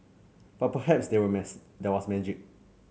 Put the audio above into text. but perhaps there were there was magic